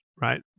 right